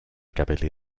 capelli